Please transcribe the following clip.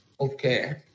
Okay